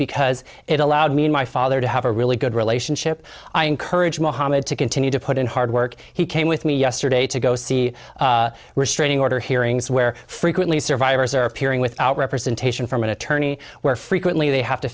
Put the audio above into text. because it allowed me and my father to have a really good relationship i encouraged mohamed to continue to put in hard work he came with me yesterday to go see restraining order hearings where frequently survivors are appearing without representation from an attorney where frequently they have to